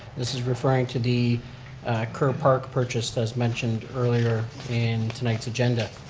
this is referring to the ker park purchase as mentioned earlier in tonight's agenda.